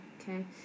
okay